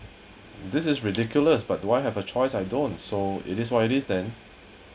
this is ridiculous but do I have a choice I don't so it is what it is then